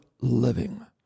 living